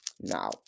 now